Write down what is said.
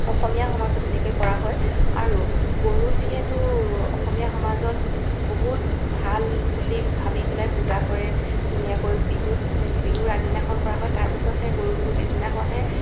অসমীয়া সমাজত এনেকৈ কৰা হয় আৰু গৰু যিহেতু অসমীয়া সমাজত বহুত ভাল বুলি ভাবি পেলাই পূজা কৰে ধুনীয়াকৈ বিহুত বিহুৰ আগদিনাখন কৰা হয় তাৰ পিছতহে গৰু বিহুৰ পিছদিনাখনহে